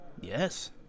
Yes